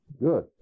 good